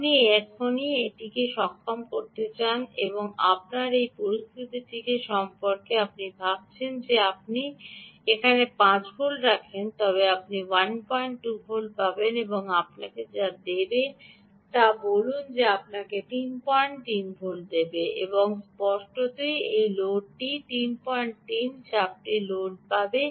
আপনি এটিকে এখনই সক্ষম করতে চান আপনার এই পরিস্থিতিতেটি সম্পর্কে আপনি কী ভাবছেন যদি আপনি এখানে 5 ভোল্ট রাখেন তবে আপনি 12 পাবেন এটি আপনাকে যা দেবে তা দেবে যা আমাদের বলুক এটি আপনাকে 33 ভোল্ট দেবে এবং মুহুর্তের মধ্যেই এই 33 চাপটি লোড হয়ে যাবে